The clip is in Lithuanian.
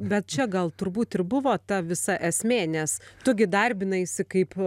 bet čia gal turbūt ir buvo ta visa esmė nes tu gi darbinasi kaip